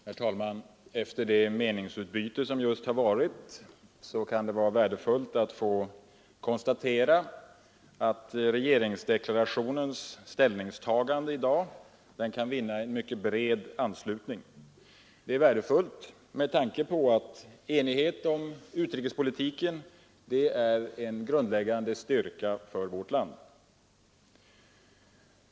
Herr talman! Efter det meningsutbyte som just har förekommit kan det vara värdefullt att få konstatera att regeringsdeklarationens ställningstaganden kan vinna en mycket bred anslutning. Detta är värdefullt med tanke på att enigheten om utrikespolitiken är en grundläggande styrka för vårt land.